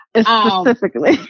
Specifically